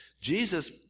Jesus